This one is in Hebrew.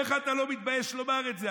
איך אתה לא מתבייש לומר את זה?